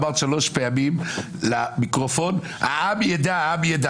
אמרת שלוש פעמים למיקרופון "העם ידע".